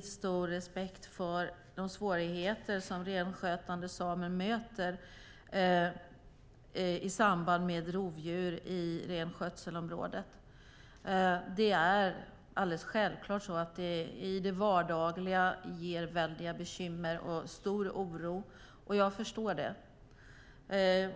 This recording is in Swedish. stor respekt för de svårigheter som renskötande samer möter i samband med rovdjur i renskötselområdet. Det är alldeles självklart att det i vardagen ger väldiga bekymmer och stor oro. Jag förstår det.